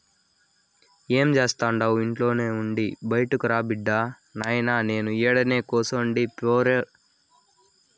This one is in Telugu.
ఏం జేస్తండావు ఇంట్లోనే ఉండి బైటకురా బిడ్డా, నాయినా నేను ఈడనే కూసుండి పేరోల్ ప్రాసెస్ సేస్తుండా